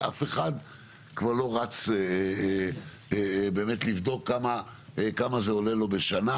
ואף אחד כבר לא רץ באמת לבדוק כמה זה עולה לו בשנה,